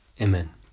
Amen